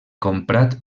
comprat